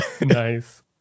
Nice